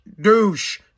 Douche